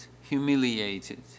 humiliated